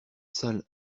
salle